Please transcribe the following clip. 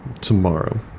tomorrow